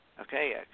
Okay